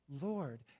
Lord